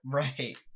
right